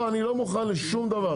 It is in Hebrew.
אני לא מוכן לשום דבר.